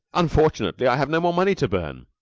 unfortunately, i have no more money to burn.